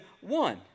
one